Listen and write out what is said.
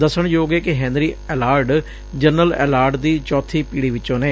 ਦੱਸਣਯੋਗ ਏ ਕਿ ਹੈਨਰੀ ਐਲਾਰਡ ਜਨਰਲ ਐਲਾਰਡ ਦੀ ਚੌਥੀ ਪੀੜੀ ਵਿੱਚੋ ਨੇ